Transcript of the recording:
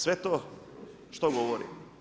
Sve to što govori?